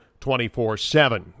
24-7